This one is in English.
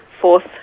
fourth